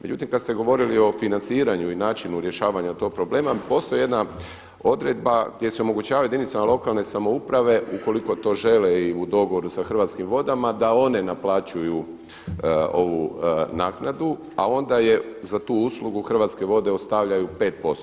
Međutim, kad ste govorili o financiranju i načinu rješavanja tog problema, postoji jedna odredba gdje se omogućava jedinicama lokalne samouprave ukoliko to žele i u dogovoru s Hrvatskim vodama, da one naplaćuju ovu naknadu, a onda za tu uslugu Hrvatske vode ostavljaju 5 posto.